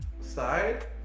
side